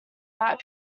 that